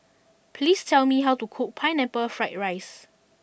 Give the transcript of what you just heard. please tell me how to cook Pineapple Fried Rice